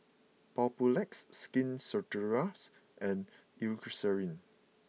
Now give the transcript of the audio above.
Papulex Skin Ceuticals and Eucerin